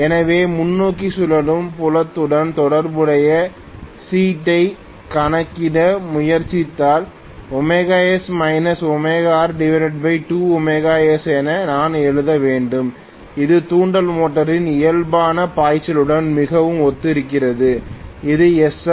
எனவே முன்னோக்கி சுழலும் புலத்துடன் தொடர்புடைய சீட்டை கணக்கிட முயற்சித்தால் s r2s என நான் எழுத வேண்டும் இது தூண்டல் மோட்டரின் இயல்பான பாய்ச்சலுடன் மிகவும் ஒத்திருக்கிறது இது sf